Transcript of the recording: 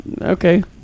Okay